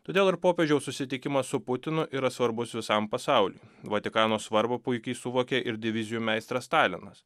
todėl ir popiežiaus susitikimas su putinu yra svarbus visam pasauliui vatikano svarbą puikiai suvokė ir divizijų meistras stalinas